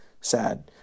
sad